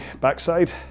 backside